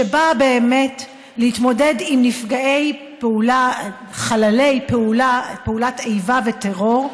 שבאה באמת להתמודד עם הנושא של חללי פעולת איבה וטרור,